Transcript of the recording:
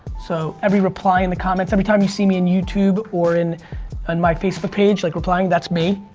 so, every reply in the comments, every time you see me in youtube or in and my facebook page, like replying, that's me.